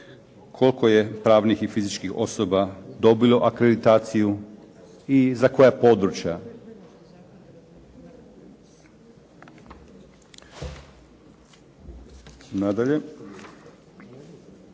koliko je pravnih i fizičkih osoba dobilo akreditaciju i za koja područja. Nadalje,